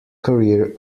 career